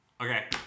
okay